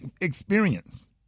experience